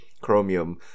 Chromium